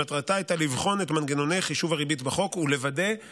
שמטרתה הייתה לבחון את מנגנוני חישוב הריבית בחוק ולוודא,